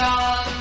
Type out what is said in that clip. on